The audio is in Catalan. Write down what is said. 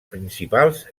principals